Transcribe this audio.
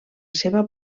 seva